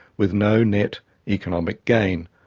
with no net economic gain.